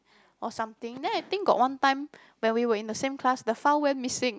or something then I think got one time when we were in the same class the file went missing